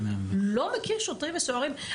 לא מכיר שוטרים וסוהרים?